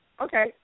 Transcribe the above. okay